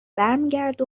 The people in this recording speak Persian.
برمیگرده